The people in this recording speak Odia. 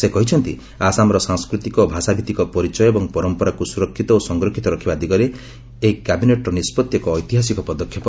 ସେ କହିଛନ୍ତି ଆସାମ୍ର ସାଂସ୍କୃତିକ ଓ ଭାଷାଭିଭିକ ପରିଚୟ ଏବଂ ପରମ୍ପରାକୁ ସୁରକ୍ଷିତ ଓ ସଂରକ୍ଷିତ ରଖିବା ଦିଗରେ ଏହି କ୍ୟାବିନେଟ୍ର ନିଷ୍କଭି ଏକ ଐତିହାସିକ ପଦକ୍ଷେପ